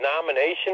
nomination